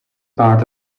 part